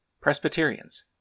Presbyterians